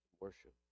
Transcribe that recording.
worship